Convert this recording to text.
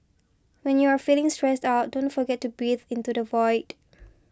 when you are feeling stressed out don't forget to breathe into the void